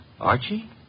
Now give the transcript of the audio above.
Archie